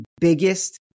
biggest